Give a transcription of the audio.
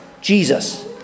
Jesus